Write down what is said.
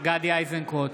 גדי איזנקוט,